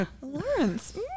Lawrence